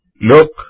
look